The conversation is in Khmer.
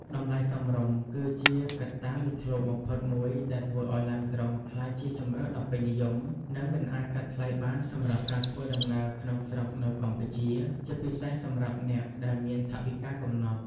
តម្លៃសមរម្យ គឺជាកត្តាលេចធ្លោបំផុតមួយដែលធ្វើឱ្យឡានក្រុងក្លាយជាជម្រើសដ៏ពេញនិយម និងមិនអាចកាត់ថ្លៃបានសម្រាប់ការធ្វើដំណើរក្នុងស្រុកនៅកម្ពុជា ជាពិសេសសម្រាប់អ្នកដែលមានថវិកាកំណត់។